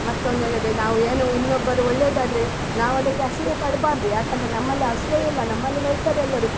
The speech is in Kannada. ಮತ್ತು ಒಂದು ಏನಂದ್ರೆ ನಾವು ಏನು ಇನ್ನೊಬ್ಬರು ಒಳ್ಳೆಯದಾದ್ರೆ ನಾವದಕ್ಕೆ ಅಸೂಯೆ ಪಡಬಾರ್ದು ಯಾಕೆಂದರೆ ನಮ್ಮಲ್ಲಿ ಹಸಿವೆಯೇ ಇಲ್ಲ ನಮ್ಮಲ್ಲಿ ಹೇಳ್ತಾರೆ ಎಲ್ಲರೂ